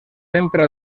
sempre